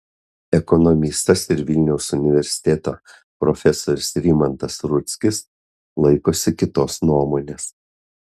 ekonomistas ir vilniaus universiteto profesorius rimantas rudzkis laikosi kitos nuomonės